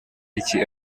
iki